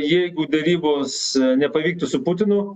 jeigu derybos nepavyktų su putinu